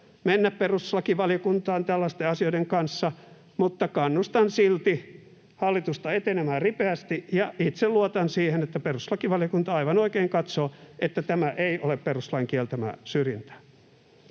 mennä perustuslakivaliokuntaan tällaisten asioiden kanssa, mutta kannustan silti hallitusta etenemään ripeästi. Itse luotan siihen, että perustuslakivaliokunta, aivan oikein, katsoo, että tämä ei ole perustuslain kieltämää syrjintää.